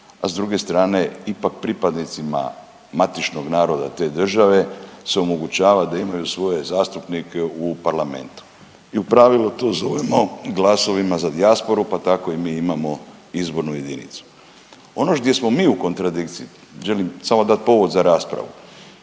a s druge strane ipak pripadnicima matičnog naroda te države se omogućava da imaju svoje zastupnike u parlamentu i u pravilu to zovemo glasovima za dijasporu, pa tako i mi imamo izbornu jedinicu. Ono gdje smo mi u kontradikciji, želim samo dat povod za raspravu